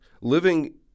living